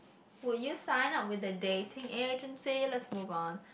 would you sign up with the dating agency let's move on